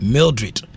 Mildred